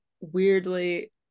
weirdly